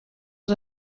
was